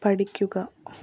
പഠിക്കുക